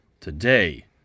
today